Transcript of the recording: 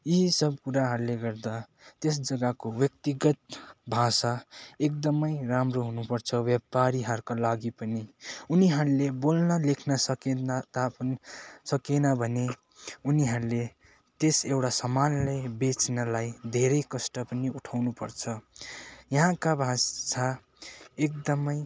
यी सब कुराहरूले गर्दा त्यस जग्गाको व्यक्तिगत भाषा एकदमै राम्रो हुनुपर्छ व्यापारीहरूको लागि पनि उनीहरूले बोल्न लेख्न सकेन तापनि सकेन भने उनीहरूले त्यस एउटा सामानलाई बेच्नलाई धेरै कष्ट पनि उठाउनुपर्छ यहाँका भाषा एकदमै